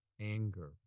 anger